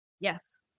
Yes